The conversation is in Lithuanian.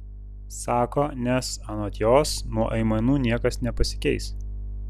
sako nes anot jos nuo aimanų niekas nepasikeis